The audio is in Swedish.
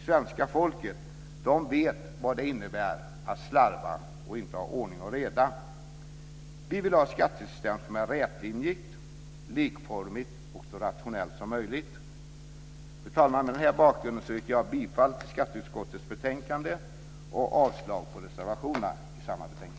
Svenska folket vet vad det innebär att slarva och inte ha ordning och reda. Vi vill ha ett skattesystem som är rätlinjigt, likformigt och så rationellt som möjligt. Fru talman! Mot den bakgrunden yrkar jag bifall till skatteutskottets förslag till riksdagsbeslut och avslag på reservationerna.